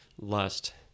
lust